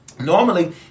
Normally